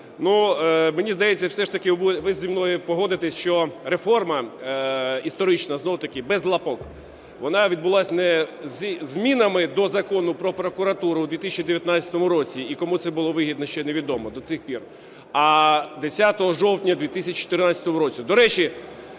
Мені здається, все ж таки ви зі мною погодитесь, що реформа історична, знову-таки без лапок, вона відбулася не з змінами до Закону "Про прокуратуру" у 2019 році і кому це було вигідно – ще невідомо до цих пір, а 10 жовтня у 2014 році.